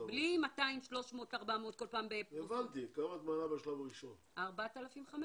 בלי כל פעם 200, 300, 400. את כולם?